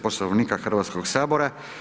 Poslovnika Hrvatskog sabora.